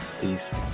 Peace